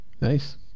nice